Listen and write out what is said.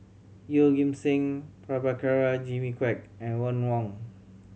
Yeoh Ghim Seng Prabhakara Jimmy Quek and Ron Wong